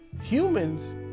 Humans